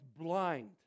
blind